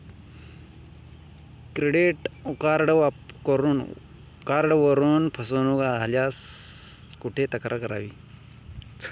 Credit कार्डवरून फसवणूक झाल्यास कुठे तक्रार करावी?